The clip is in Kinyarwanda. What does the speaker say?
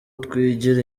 twigira